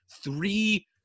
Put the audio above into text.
three